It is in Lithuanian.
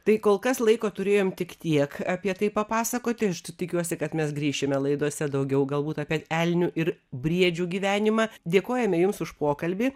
tai kol kas laiko turėjom tik tiek apie tai papasakoti aš t tikiuosi kad mes grįšime laidose daugiau galbūt apie elnių ir briedžių gyvenimą dėkojame jums už pokalbį